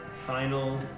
Final